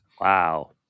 Wow